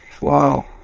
Wow